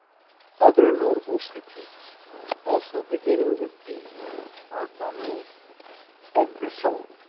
other notable petits also beginning with b are banons and bressans.